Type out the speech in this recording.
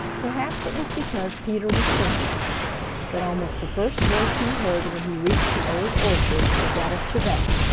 perhaps it was because peter was thinking of him that almost the first voice he heard when he reached the old orchard was that of chebec,